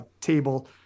table